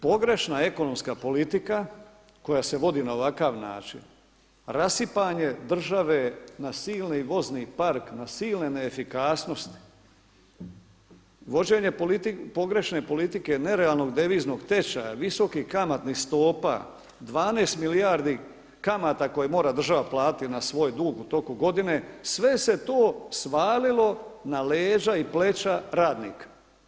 Pogrešna ekonomska politika koja se vodi na ovakav način rasipanje države na silni vozni park, na silne neefikasnosti, vođenje pogrešne politike nerealnog deviznog tečaja, visokih kamatnih stopa, 12 milijardi kamata koje mora država platiti na svoj dug u toku godinu sve se to svalilo na leđa i pleća radnika.